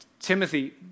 Timothy